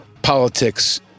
Politics